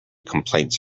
complaints